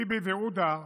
טיבי ועודה,